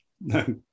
No